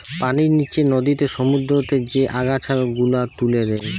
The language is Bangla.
পানির নিচে নদীতে, সমুদ্রতে যে আগাছা গুলা তুলে দে